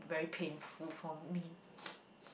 very painful for me